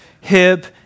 hip